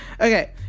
Okay